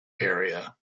area